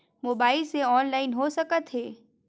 Mobile से online हो सकत हे?